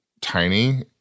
tiny